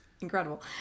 incredible